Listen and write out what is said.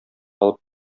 алып